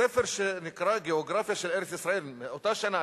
בספר שנקרא "גיאוגרפיה של ארץ-ישראל" מאותה שנה,